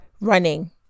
running